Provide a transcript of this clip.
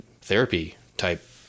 therapy-type